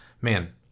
man